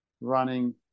running